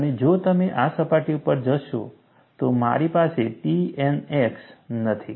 અને જો તમે આ સપાટી ઉપર જોશો તો મારી પાસે Tnx નથી